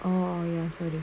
oh ya sorry